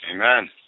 Amen